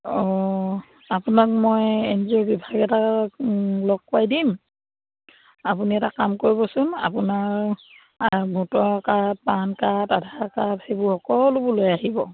অঁ আপোনাক মই এন জি অ' বিভাগ এটা লগ কৰাই দিম আপুনি এটা কাম কৰিবচোন আপোনাৰ ভোটৰ card PAN card Aadhaar card সেইবোৰ সকলোবোৰ লৈ আহিব